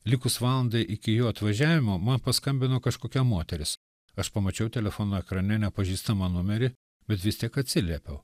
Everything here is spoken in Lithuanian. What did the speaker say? likus valandai iki jo atvažiavimo man paskambino kažkokia moteris aš pamačiau telefono ekrane nepažįstamą numerį bet vis tiek atsiliepiau